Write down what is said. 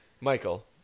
Michael